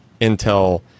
Intel